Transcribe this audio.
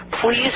please